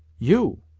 you!